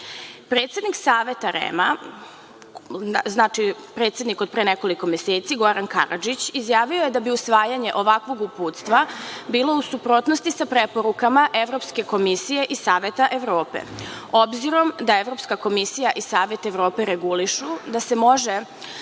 dece. Predsednik Saveta REM-a, znači, predsednik od pre nekoliko meseci Goran Karadžić izjavio je da bi usvajanje ovakvog uputstva bilo u suprotnosti sa preporukama Evropske komisije i Saveta Evrope, obzirom da Evropska komisija i Savet Evrope regulišu da se može